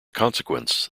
consequence